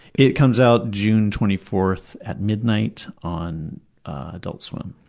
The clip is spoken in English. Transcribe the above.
it comes out june twenty fourth at midnight on adult swim.